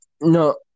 no